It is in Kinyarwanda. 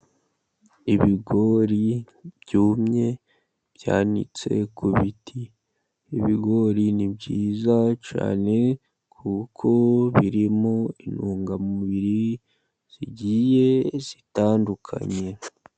Ibigori byumye byanitse ku biti. Ibigori ni byiza cyane kuko birimo intungamubiri zigiye zitandukanye.